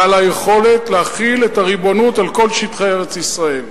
ועל היכולת להפעיל את הריבונות על כל שטחי ארץ-ישראל.